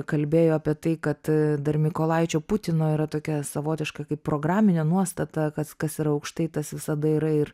kalbėjo apie tai kad dar mykolaičio putino yra tokia savotiška kaip programinė nuostata kad kas yra aukštai tas visada yra ir